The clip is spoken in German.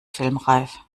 filmreif